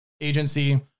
agency